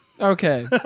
Okay